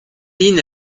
lin